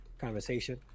conversation